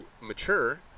mature